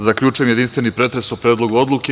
Zaključujem jedinstveni pretres o Predlogu odluke.